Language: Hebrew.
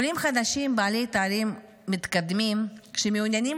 עולים חדשים בעלי תארים מתקדמים שמעוניינים